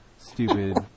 Stupid